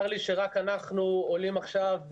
צר לי שאנחנו עולים רק עכשיו.